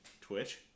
twitch